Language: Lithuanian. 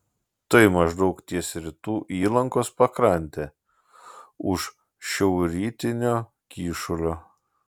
tai maždaug ties rytų įlankos pakrante už šiaurrytinio kyšulio